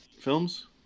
films